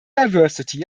diversity